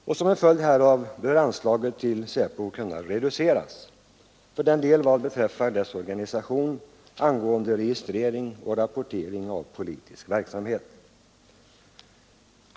Och som en följd härav bör anslaget till SÄPO kunna reduceras för den del av organisationen som avser registrering av och rapportering om politisk verksamhet.